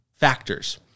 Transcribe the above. factors